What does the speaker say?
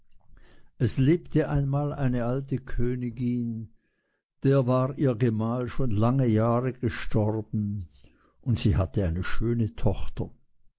es lebte einmal eine alte königin der war ihr gemahl schon lange jahre gestorben und sie hatte eine schöne tochter